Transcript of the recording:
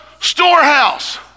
storehouse